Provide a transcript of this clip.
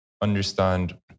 understand